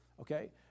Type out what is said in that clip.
okay